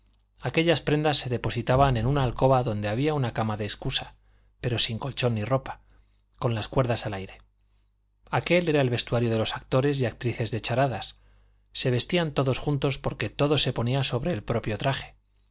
aquellas prendas se depositaban en una alcoba donde había una cama de excusa pero sin colchón ni ropa con las cuerdas al aire aquél era el vestuario de los actores y actrices de charadas se vestían todos juntos porque todo se ponía sobre el propio traje